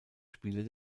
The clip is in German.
spieler